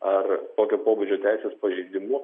ar tokio pobūdžio teisės pažeidimu